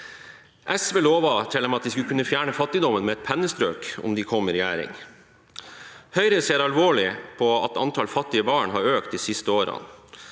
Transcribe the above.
SV lovet til og med at de skulle kunne fjerne fattigdommen med et pennestrøk om de kom i regjering. Høyre ser alvorlig på at antallet fattige barn har økt de siste årene.